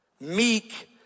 Meek